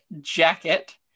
jacket